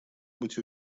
быть